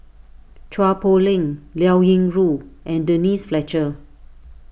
Chua Poh Leng Liao Yingru and Denise Fletcher